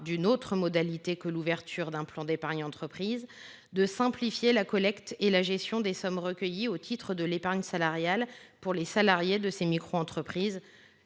d’une autre modalité que l’ouverture d’un plan d’épargne entreprise, de simplifier la collecte et la gestion des sommes recueillies au titre de l’épargne salariale pour les salariés des microentreprises,